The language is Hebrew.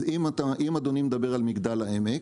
אז אם אדוני מדבר על מגדל העמק,